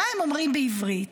מה הם אומרים בעברית?